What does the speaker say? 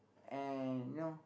and you know